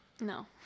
No